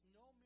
no